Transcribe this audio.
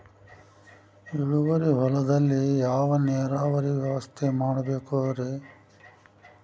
ಇಳುವಾರಿ ಹೊಲದಲ್ಲಿ ಯಾವ ನೇರಾವರಿ ವ್ಯವಸ್ಥೆ ಮಾಡಬೇಕ್ ರೇ?